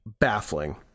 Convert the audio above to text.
baffling